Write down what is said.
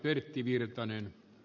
arvoisa puhemies